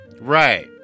Right